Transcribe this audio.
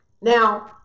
now